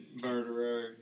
murderer